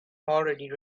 already